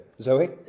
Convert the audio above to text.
Zoe